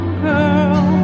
girl